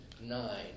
nine